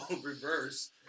Reverse